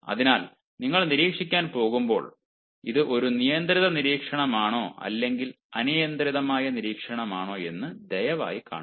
അതിനാൽ നിങ്ങൾ നിരീക്ഷിക്കാൻ പോകുമ്പോൾ ഇത് ഒരു നിയന്ത്രിത നിരീക്ഷണമാണോ അല്ലെങ്കിൽ അനിയന്ത്രിതമായ നിരീക്ഷണമാണോ എന്ന് ദയവായി കാണുക